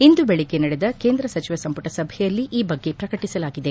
ಇಂದು ಬೆಳಿಗ್ಗೆ ನಡೆದ ಕೇಂದ್ರ ಸಚಿವ ಸಂಪುಟ ಸಭೆಯಲ್ಲಿ ಈ ಬಗ್ಗೆ ಪ್ರಕಟಿಸಲಾಗಿದೆ